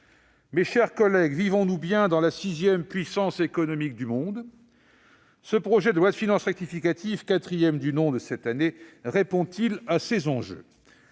Mes chers collègues, vivons-nous bien dans la sixième puissance économique du monde ? Ce projet de loi de finances rectificative, quatrième du nom pour cette année, répond-il à ces enjeux ?